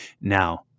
Now